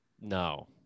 No